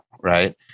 right